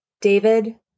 David